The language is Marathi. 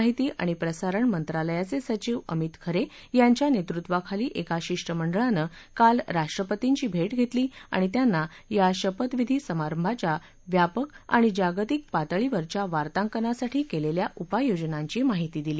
माहिती आणि प्रसारण मंत्रालयाचे सचिव अमित खरे यांच्या नेतृत्वाखाली एका शिष्टमंडळानं काल राष्ट्रपतींची भैक्षेतली आणि त्यांना या शपथविधी समारंभाच्या व्यापक आणि जागतिक पातळीवरच्या वार्तांकनासाठी केलेल्या उपाययोजनांची माहिती दिली